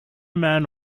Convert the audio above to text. man